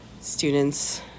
students